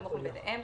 הנמוך מביניהם,